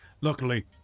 luckily